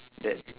that